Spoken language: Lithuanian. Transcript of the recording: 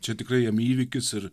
čia tikrai jam įvykis ir